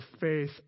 faith